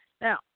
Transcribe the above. Now